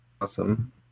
Awesome